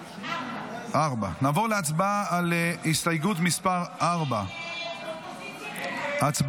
נעבור להצבעה על הסתייגות מס' 4. הצבעה.